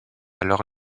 alors